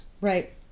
Right